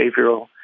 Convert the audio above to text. behavioral